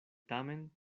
tamen